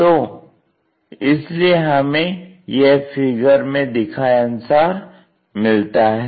तो इसलिए हमें यह फिगर में दिखाए अनुसार मिलता है